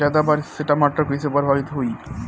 ज्यादा बारिस से टमाटर कइसे प्रभावित होयी?